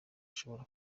ashobora